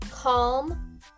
Calm